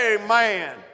Amen